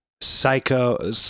psycho